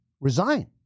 Resign